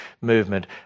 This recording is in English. movement